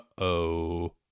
Uh-oh